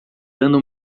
dando